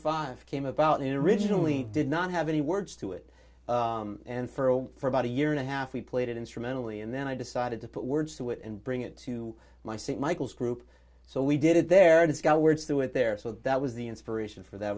five came about in originally did not have any words to it and for all for about a year and a half we played it instrumentally and then i decided to put words to it and bring it to my st michael's group so we did it there it's got words through it there so that was the inspiration for that